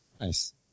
Nice